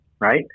right